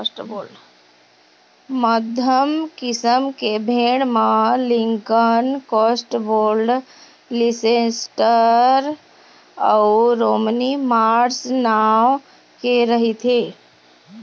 मध्यम किसम के भेड़ म लिंकन, कौस्टवोल्ड, लीसेस्टर अउ रोमनी मार्स नांव के रहिथे